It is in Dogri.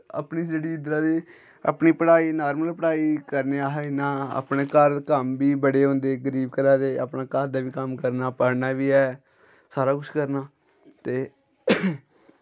अपनी जेह्ड़ी इद्धरा दी अपनी पढ़ाई नार्मल पढ़ाई करने अस इ'यां अपने घर कम्म बी बड़े होंदे गरीब घरा दे अपने घर बी कम्म करना पढ़ना बी ऐ सारा कुछ करना ते